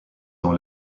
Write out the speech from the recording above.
dans